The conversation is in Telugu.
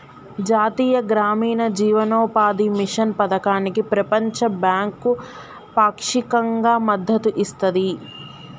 జాతీయ గ్రామీణ జీవనోపాధి మిషన్ పథకానికి ప్రపంచ బ్యాంకు పాక్షికంగా మద్దతు ఇస్తది